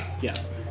Yes